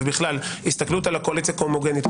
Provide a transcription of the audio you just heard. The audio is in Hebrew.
ובכלל ההסתכלות על הקואליציה כהומוגנית,